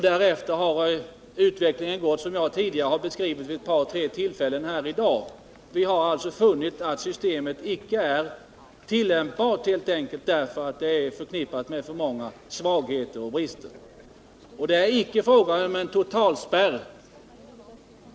Därefter har utvecklingen, som jag vid ett par tre tillfällen tidigare här har beskrivit, visat att systemet inte är tillämpbart helt enkelt därför att det är förknippat med för många svagheter Nr 61 och brister. Onsdagen den Det är inte fråga om en total spärr.